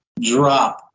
drop